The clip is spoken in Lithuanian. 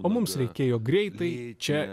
o mums reikėjo greitai čia